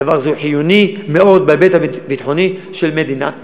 הדבר הזה הוא חיוני מאוד בהיבט הביטחוני של מדינת ישראל,